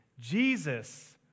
Jesus